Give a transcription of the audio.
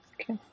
Okay